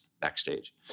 backstage